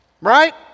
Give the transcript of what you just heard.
right